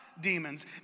demons